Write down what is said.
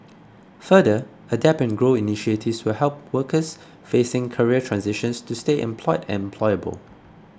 further adapt and grow initiatives will help workers facing career transitions to stay employed and employable